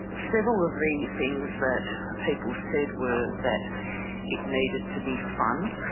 several of the things that people said were that it needed to be fun,